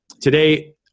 today